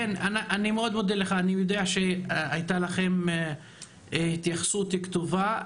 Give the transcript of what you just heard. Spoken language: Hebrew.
תודה בן, אני יודע שהייתה לכם התייחסות כתובה.